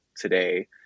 today